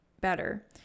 better